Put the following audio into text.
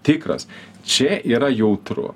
tikras čia yra jautru